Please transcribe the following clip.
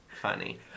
funny